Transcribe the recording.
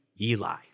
Eli